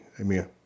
amen